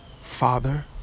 Father